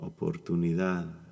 Oportunidad